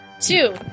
two